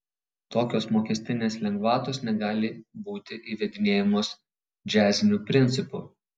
tokios mokestinės lengvatos negali būti įvedinėjamos džiaziniu principu